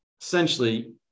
Essentially